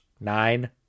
nine